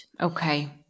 Okay